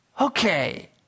okay